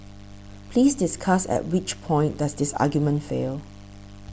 please discuss at which point does this argument fail